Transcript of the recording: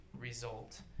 result